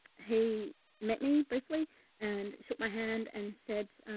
he met me briefly and shook my hand and said,